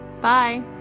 Bye